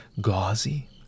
gauzy